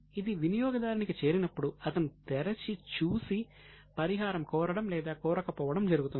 ఇది వినియోగదారునికి చేరినప్పుడు అతను తెరచి చూసి పరిహారం కోరడం లేదా కోరకపోవడం జరుగుతుంది